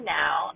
now